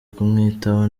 kumwitaho